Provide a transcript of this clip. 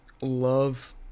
Love